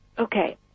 Okay